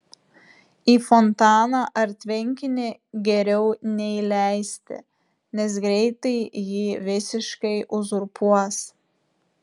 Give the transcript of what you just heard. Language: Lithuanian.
į fontaną ar tvenkinį geriau neįleisti nes greitai jį visiškai uzurpuos